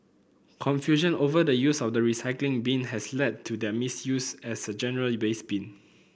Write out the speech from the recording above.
confusion over the use of the recycling bin has led to their misuse as a general waste bin